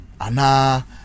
Ana